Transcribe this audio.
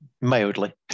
mildly